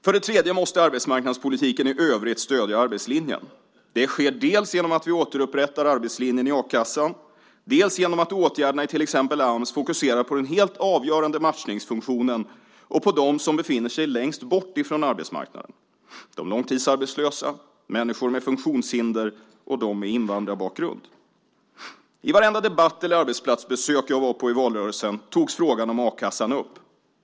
För det tredje måste arbetsmarknadspolitiken i övrigt stödja arbetslinjen. Det sker dels genom att vi återupprättar arbetslinjen i a-kassan, dels genom att åtgärderna i till exempel Ams fokuserar på den helt avgörande matchningsfunktionen och på dem som befinner sig längst bort från arbetsmarknaden: de långtidsarbetslösa, människor med funktionshinder och de med invandrarbakgrund. I varenda debatt och vid vartenda arbetsplatsbesök jag var på i valrörelsen togs frågan om a-kassan upp.